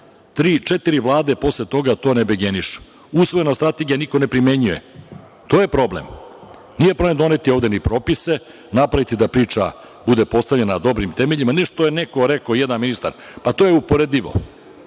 vlade posle toga to ne begenišu. Usvojena strategija, niko ne primenjuje. To je problem. Nije problem doneti ovde ni propise, napraviti da priča bude postavljena na dobrim temeljima, nešto je neko rekao, jedna ministar, pa to je uporedivo.